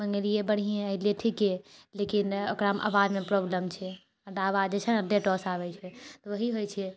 मङ्गेलिऐ बढ़िए एलै ठीके लेकिन ओकरामे आवाजमे प्रोब्लम छै आवाज दए छै ने लेटसँ आबै छै तऽ ओएह होइ छै